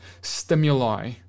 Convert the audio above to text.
stimuli